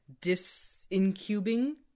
disincubing